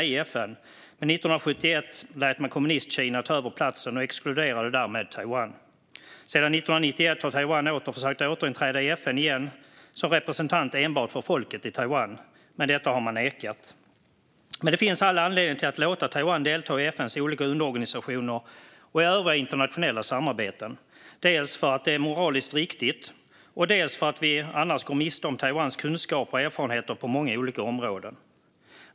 Men 1971 lät man Kommunistkina ta över platsen och exkluderade därmed Taiwan. Sedan 1991 har Taiwan försökt att återinträda i FN som representant för enbart folket i Taiwan, men detta har man nekat. Det finns all anledning att låta Taiwan delta i FN:s olika underorganisationer och i övriga internationella samarbeten, dels för att det är moraliskt riktigt, dels för att vi annars går miste om Taiwans kunskaper och erfarenheter på många olika områden.